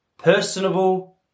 personable